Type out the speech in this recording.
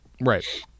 Right